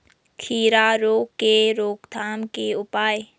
खीरा रोग के रोकथाम के उपाय?